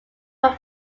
work